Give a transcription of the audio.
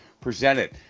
presented